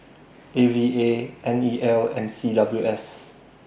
A V A N E L and C W S